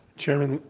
chairman,